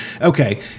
okay